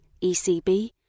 ECB